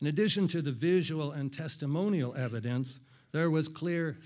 in addition to the visual and testimonial evidence there was clear